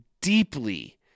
deeply